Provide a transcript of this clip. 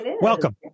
welcome